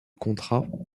contrat